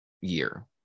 year